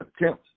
attempts